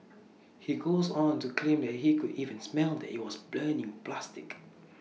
he goes on to claim that he could even smell that IT was burning plastic